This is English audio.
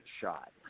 shot